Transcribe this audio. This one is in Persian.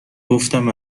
گفتم